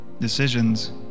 decisions